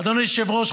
אדוני היושב-ראש,